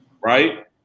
right